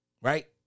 right